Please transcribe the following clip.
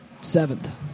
Seventh